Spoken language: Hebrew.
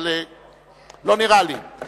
אבל לא נראה לי.